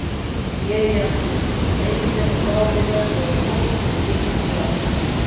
jei ant eizenhauerio galvos nukristų bomba